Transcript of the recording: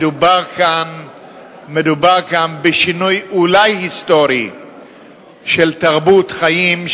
מדובר כאן בשינוי אולי היסטורי של תרבות חיים,